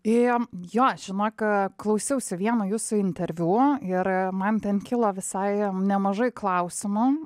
jo jo žinok klausiausi vieno jūsų interviu ir man ten kilo visai nemažai klausimų